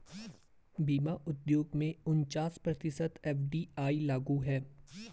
बीमा उद्योग में उनचास प्रतिशत एफ.डी.आई लागू है